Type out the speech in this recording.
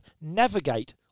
Navigate